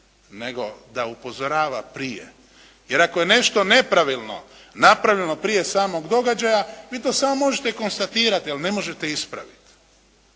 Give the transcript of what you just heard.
nego da upozorava prije. Jer ako je nešto nepravilno napravljeno prije samog događaja vi to samo možete konstatirati, ali ne možete ispraviti.